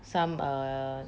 some err